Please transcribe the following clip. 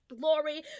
glory